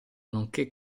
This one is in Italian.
nonché